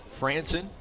Franson